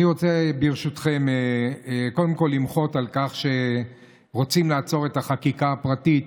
אני רוצה ברשותכם קודם כול למחות על כך שרוצים לעצור את החקיקה הפרטית